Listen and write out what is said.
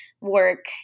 work